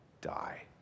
die